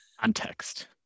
Context